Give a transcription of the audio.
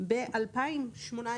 במקום "ב"